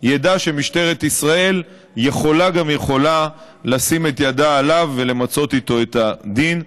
משטרת ישראל יכולה גם יכולה לשים את ידה עליו ולמצות איתו את הדין.